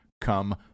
come